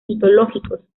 mitológicos